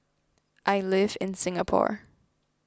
I live in Singapore